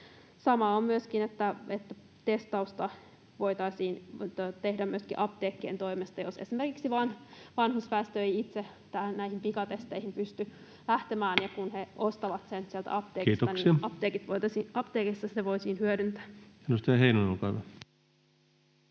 Sama on, että testausta voitaisiin tehdä myöskin apteekkien toimesta, jos esimerkiksi vanhusväestö ei itse näihin pikatesteihin pysty lähtemään, eli kun he ostavat sen sieltä apteekista, [Puhemies: Kiitoksia!] niin apteekissa se voitaisiin hyödyntää. Edustaja Heinonen, olkaa hyvä.